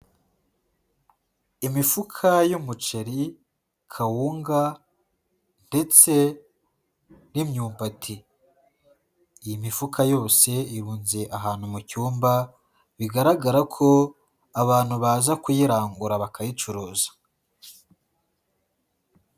Imifuka y'umuceri, kawunga ndetse n'imyumbati. Iyi mifuka yose, irunze ahantu mu cyumba, bigaragara ko abantu baza kuyirangura, bakayicuruza.